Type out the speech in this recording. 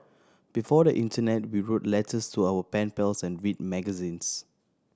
before the internet we wrote letters to our pen pals and read magazines